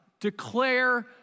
declare